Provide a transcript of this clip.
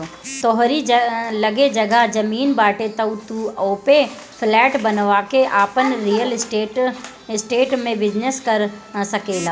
तोहरी लगे जगह जमीन बाटे तअ तू ओपे फ्लैट बनवा के आपन रियल स्टेट में बिजनेस कर सकेला